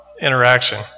interaction